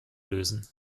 lösen